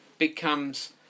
becomes